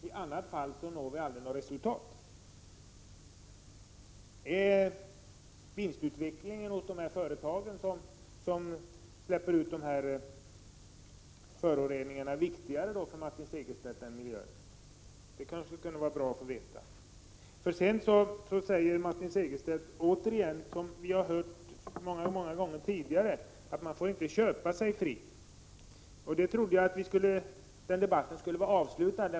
I annat fall når vi aldrig resultat. Är vinstutvecklingen hos de företag som släpper ut dessa föroreningar viktigare än vad miljön är för Martin Segerstedt? Det vore bra att få veta. Martin Segerstedt säger åter det vi har fått höra så många gånger tidigare, nämligen att man inte får köpa sig fri. Jag trodde att den debatten var avslutad.